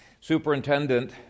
Superintendent